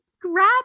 grab